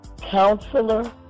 Counselor